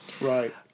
Right